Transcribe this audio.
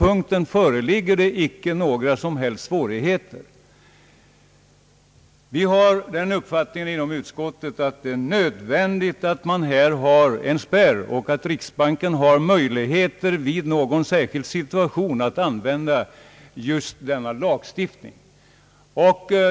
Utskottsmajoriteten har den uppfattningen, att det är nödvändigt med en spärr och att riksbanken har möjligheter om situationen så skulle påkalla tillgripa lagstiftningen.